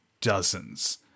dozens